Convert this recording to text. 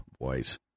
boys